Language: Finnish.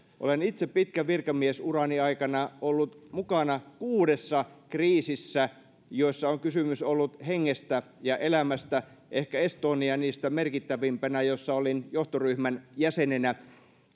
olen itse pitkän virkamiesurani aikana ollut mukana kuudessa kriisissä joissa on kysymys ollut hengestä ja elämästä ehkä estonia niistä merkittävimpänä jossa olin johtoryhmän jäsenenä